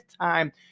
time